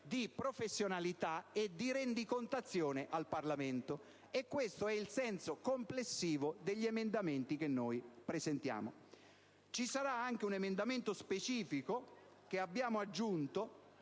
professionalità e rendicontazione al Parlamento. Questo è il senso complessivo degli emendamenti che abbiamo presentato all'articolo 7. Ci sarà anche un emendamento specifico, che abbiamo aggiunto,